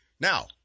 now